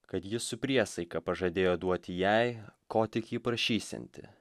kad jis su priesaika pažadėjo duoti jai ko tik ji prašysianti